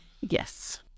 yes